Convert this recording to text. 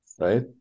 right